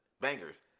bangers